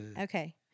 okay